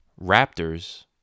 Raptors